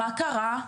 מה קרה?